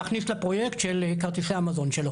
להכניס לפרויקט של כרטיסי המזון שלו.